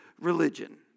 religion